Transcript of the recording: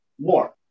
more